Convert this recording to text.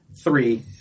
three